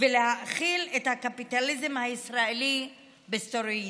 ולהאכיל את הקפיטליזם הישראלי בסטרואידים.